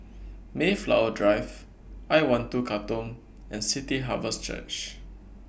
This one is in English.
Mayflower Drive I one two Katong and City Harvest Church